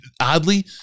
Oddly